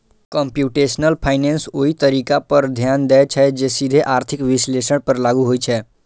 computational finance ओइ तरीका पर ध्यान दै छै, जे सीधे आर्थिक विश्लेषण पर लागू होइ छै